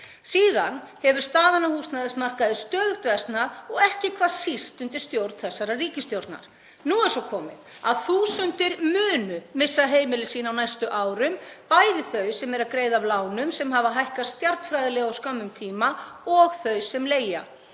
Síðan hefur staðan á húsnæðismarkaði stöðugt versnað og ekki hvað síst undir stjórn þessarar ríkisstjórnar. Nú er svo komið að þúsundir munu missa heimili sín á næstu árum, bæði þau sem eru að greiða af lánum sem hafa hækkað stjarnfræðilega á skömmum tíma og þau sem leigja,